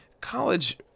college